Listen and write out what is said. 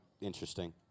interesting